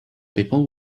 people